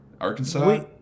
Arkansas